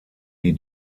die